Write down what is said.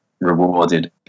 rewarded